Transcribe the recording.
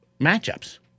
matchups